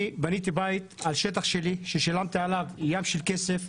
אני בניתי בית על שטח שלי ששילמתי עליו הרבה מאוד כסף,